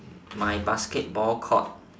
my basketball court